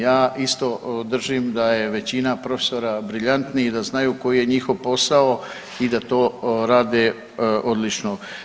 Ja isto držim da je većina profesora briljantni i da znaju koji je njihov posao i da to rade odlično.